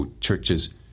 churches